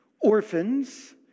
orphans